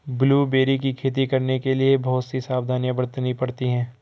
blueberry की खेती करने के लिए बहुत सी सावधानियां बरतनी पड़ती है